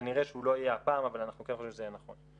כנראה שהוא לא יהיה הפעם אבל אנחנו כן חושבים שזה יהיה נכון.